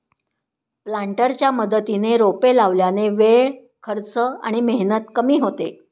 प्लांटरच्या मदतीने रोपे लावल्याने वेळ, खर्च आणि मेहनत कमी होते